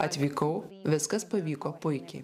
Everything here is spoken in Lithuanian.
atvykau viskas pavyko puikiai